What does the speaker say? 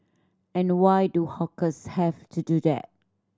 and why do hawkers have to do that